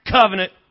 covenant